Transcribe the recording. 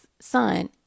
son